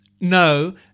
No